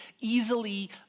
easily